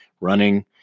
running